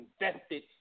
invested